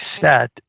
set